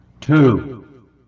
two